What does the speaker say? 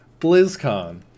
BlizzCon